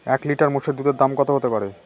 এক লিটার মোষের দুধের দাম কত হতেপারে?